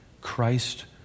Christ